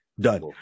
done